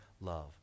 love